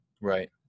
Right